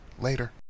Later